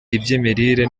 iby’imirire